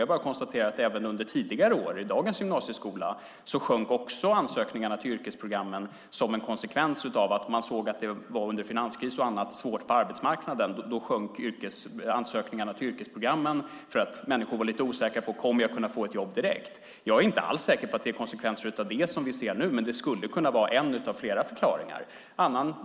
Jag konstaterar bara att även under tidigare år med dagens gymnasieskola sjönk också antalet ansökningar till yrkesprogrammen som en konsekvens av att man under finanskris och annat såg att det var svårt på arbetsmarknaden. Då sjönk antalet ansökningar till yrkesprogrammen därför att människor var lite osäkra på om de skulle kunna få ett jobb direkt. Jag är inte alls säker på att det är konsekvenser av det som vi ser nu, men det skulle kunna vara en av flera förklaringar.